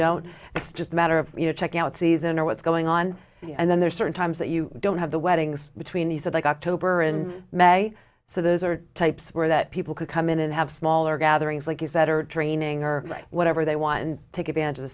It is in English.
don't it's just a matter of you know check out season or what's going on and then there are certain times that you don't have the weddings between the set like october in may so those are types where that people could come in and have smaller gatherings like you said or training or whatever they want and take advantage of